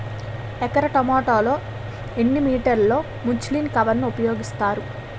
ఎకర టొమాటో లో ఎన్ని మీటర్ లో ముచ్లిన్ కవర్ ఉపయోగిస్తారు?